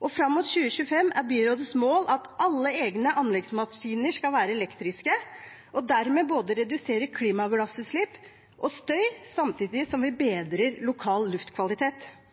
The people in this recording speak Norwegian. og fram mot 2025 er byrådets mål at alle egne anleggsmaskiner skal være elektriske og dermed redusere både klimagassutslipp og støy, samtidig som vi